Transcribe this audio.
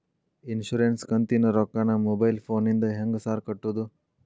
Insurance ಕಂತಿನ ರೊಕ್ಕನಾ mobile ಫೋನಿಂದ ಹೆಂಗ್ ಸಾರ್ ಕಟ್ಟದು?